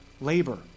labor